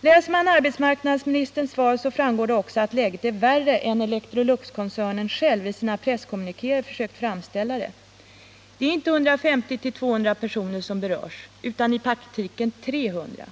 Läser man arbetsmarknadsministerns svar, så framgår det också att läget är än värre än Electroluxkoncernen själv i sina presskommunikéer försökt framställa det. Det är inte 150-200 personer som berörs utan i praktiken 300.